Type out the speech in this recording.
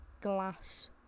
glass